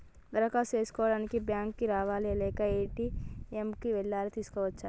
దరఖాస్తు చేసుకోవడానికి బ్యాంక్ కు రావాలా లేక ఏ.టి.ఎమ్ కు వెళ్లి చేసుకోవచ్చా?